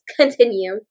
continue